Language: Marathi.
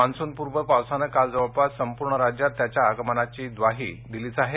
मान्सून पूर्व पावसानं काल जवळपास संपूर्ण राज्यात त्याच्या आगमनाची द्वाही दिलीच आहे